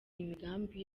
imigambi